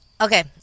Okay